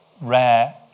rare